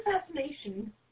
fascination